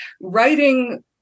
writing